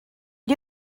you